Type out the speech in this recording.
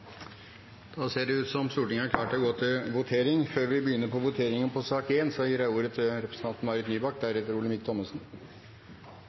Da er Stortinget klar til å gå til votering. Før vi starter på voteringen i sak nr. 1, gir jeg ordet til Marit Nybakk,